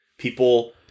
People